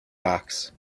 box